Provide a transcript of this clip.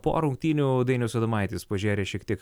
po rungtynių dainius adomaitis pažėrė šiek tiek